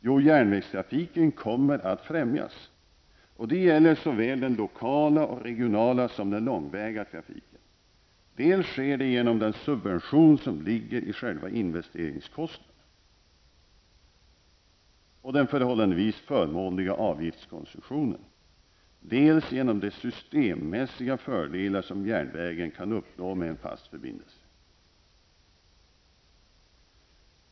Järnvägstrafiken kommer alltså att främjas. Det gäller såväl den lokala och regionala som den långväga trafiken. Det sker dels genom den subvention som ligger i själva investeringskostnaden och den förhållandevis förmånliga avgiftskonstruktionen, dels genom de systemmässiga fördelar som järnvägen kan uppnå med en fast förbindelse.